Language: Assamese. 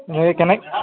এই কেনেকৈ